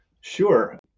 Sure